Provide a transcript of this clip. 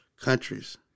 countries